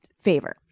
favor